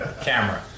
camera